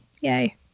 Yay